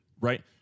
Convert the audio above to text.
right